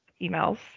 emails